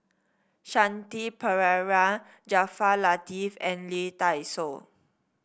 Shanti Pereira Jaafar Latiff and Lee Dai Soh